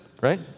right